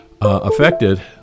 affected